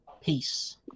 peace